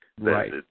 Right